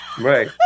Right